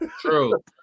True